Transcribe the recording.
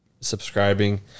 subscribing